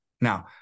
Now